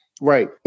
Right